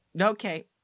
Okay